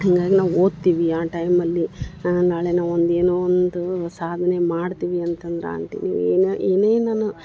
ಹಾಗಾಗಿ ನಾವು ಓದ್ತೀವಿ ಆ ಟೈಮ್ ಅಲ್ಲಿ ನಾಳೆ ನಾವು ಒಂದು ಏನೋ ಒಂದು ಸಾಧನೆ ಮಾಡ್ತೀವಿ ಅಂತಂದ್ರ ಆಂಟಿ ನೀವು ಏನು ಏನೇನನ